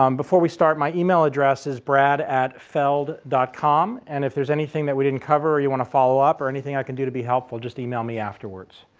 um before we start, my email address is brad at feld dot com and if there is anything that we didn't cover or you want to follow up or anything i can do to be helpful, just email me afterwards.